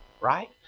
Right